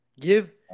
Give –